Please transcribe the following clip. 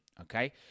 Okay